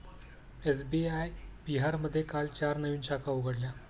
SBI बिहारमध्ये काल चार नवीन शाखा उघडल्या